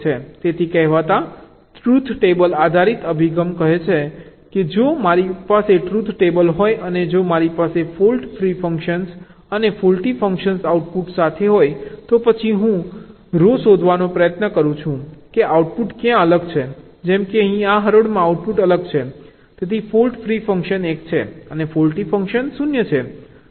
તેથી કહેવાતા truth table આધારિત અભિગમ કહે છે કે જો મારી પાસે ટ્રુથ ટેબલ હોય અને જો મારી પાસે ફોલ્ટ ફ્રી ફંક્શન અને ફોલ્ટી ફંક્શન આઉટપુટ સાથે હોય તો પછી હું હરોળ શોધવાનો પ્રયત્ન કરું છું કે આઉટપુટ ક્યાં અલગ છે જેમ કે અહીં આ હરોળમાં આઉટપુટ અલગ છે તેથી ફોલ્ટ ફ્રી ફંક્શન 1 છે અને ફોલ્ટી ફંક્શન 0 છે